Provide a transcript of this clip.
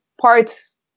parts